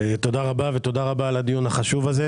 תודה רבה ותודה רבה על הדיון החשוב הזה.